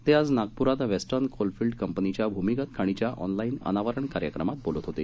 ते आज नागपुरात वेस्टर्न कोल फील्ड कंपनीच्या भूमिगत खाणीच्या ऑनलाईन अनावरण कार्यक्रमात बोलत होते